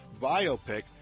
biopic